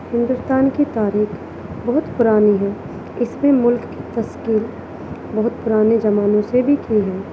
ہندوستان کی تاریخ بہت پرانی ہے اس میں ملک کی تشکیل بہت پرانے زمانوں سے بھی کی ہے